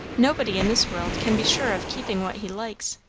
nobody in this world can be sure of keeping what he likes?